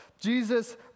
Jesus